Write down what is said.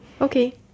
Okay